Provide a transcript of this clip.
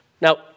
Now